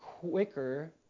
quicker